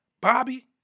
Bobby